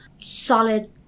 solid